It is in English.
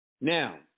Now